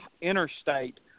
interstate